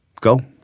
go